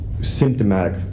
symptomatic